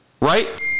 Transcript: Right